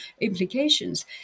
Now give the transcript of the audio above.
implications